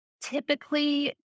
typically